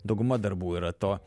dauguma darbų yra to